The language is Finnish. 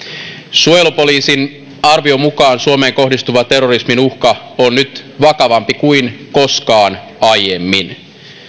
suojelupoliisin arvion mukaan suomeen kohdistuva terrorismin uhka on nyt vakavampi kuin koskaan aiemmin